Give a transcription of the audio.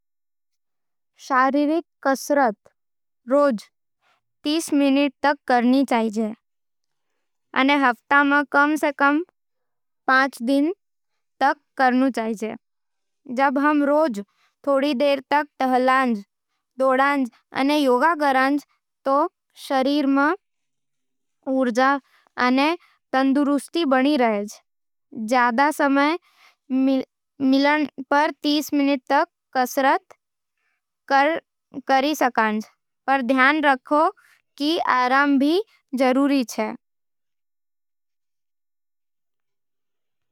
जीवन भर में घूमया देशां रा संख्या थारी यात्रा रो शौक, पैसा अने समय पर निर्भर करेज। कुछ लोग अपने देश में ही रह जावज है, पर कई लोग विदेश में दस, पंद्रह या उससे ज्यादा देश घुम्या होवे है। मैं खुद भी कुछ देशां देख्या हूँ, जिमें यूरोप, एशिया अने अफ्रीका रा अनुभव सामिल छे। हर देश नई।